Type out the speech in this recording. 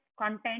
content